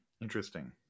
Interesting